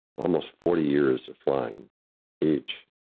almost forty years of flying each.